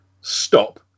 stop